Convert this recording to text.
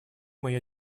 моя